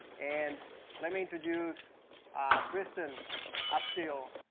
and let me introduce trystan upstill,